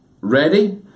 ready